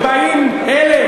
ובאים אלה